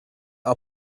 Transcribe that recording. are